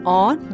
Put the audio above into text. on